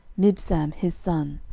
mibsam his son,